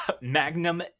Magnum